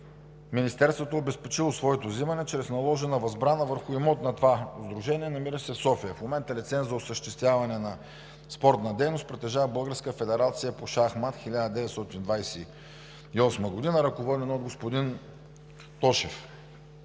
Министерството е обезпечило своето взимане чрез наложена възбрана върху имот на това сдружение, намиращ се в София. В момента лиценз за осъществяване на спортна дейност притежава Българската федерация по шахмат – 1928 г., ръководена от господин Тошев.